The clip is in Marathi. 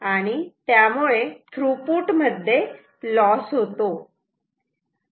आणि त्यामुळे थ्रुपुट मध्ये लॉस होतो